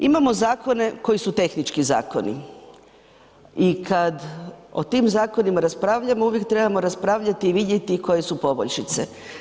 Imamo zakone koji su tehnički zakoni i kad o tim zakonima raspravljamo, uvijek trebamo raspravljati i vidjeti koje su poboljšice.